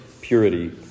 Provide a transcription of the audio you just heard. purity